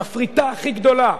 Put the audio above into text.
המפריטה הכי גדולה,